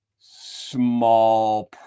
small